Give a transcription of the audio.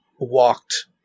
walked